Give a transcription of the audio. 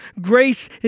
grace